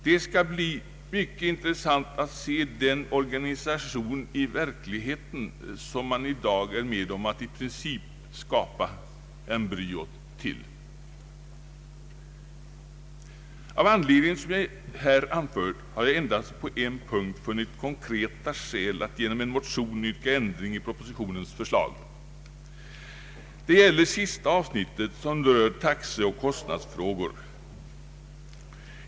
Det skall bli mycket intressant att se den organisation i verkligheten som man i dag är med om att i princip skapa embryot till. Av anledning som jag här anfört har jag endast på en punkt funnit konkreta skäl att genom en motion yrka ändring i Kungl. Maj:ts förslag. Det gäller det sista avsnittet, som rör taxeoch kostnadsfrågor.